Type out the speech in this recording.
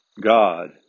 God